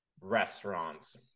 Restaurants